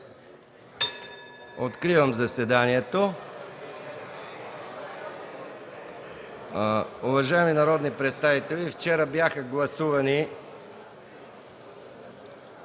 Откривам заседанието. (Звъни.) Уважаеми народни представители, вчера бяха гласувани